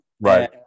right